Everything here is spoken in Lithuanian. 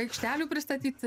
aikštelių pristatyt